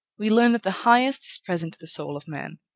we learn that the highest is present to the soul of man,